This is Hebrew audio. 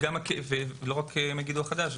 לא רק מגידו החדש,